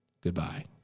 Goodbye